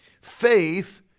Faith